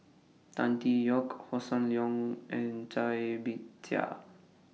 Tan Tee Yoke Hossan Leong and Cai Bixia